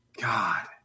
God